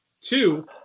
Two